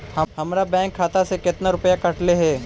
हमरा बैंक खाता से कतना रूपैया कटले है?